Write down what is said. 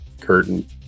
curtain